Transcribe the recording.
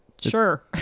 sure